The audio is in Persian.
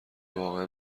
واقعا